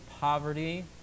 poverty